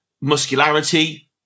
muscularity